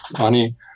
money